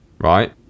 right